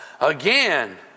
Again